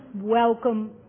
welcome